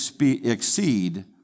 exceed